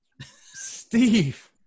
Steve